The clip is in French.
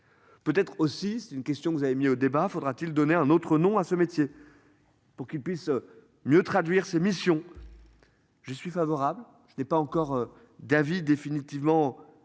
Peut être aussi c'est une question que vous avez mis au débat. Faudra-t-il donner un autre nom à ce métier. Pour qu'ils puissent mieux traduire ses missions. Je suis favorable, je n'ai pas encore David définitivement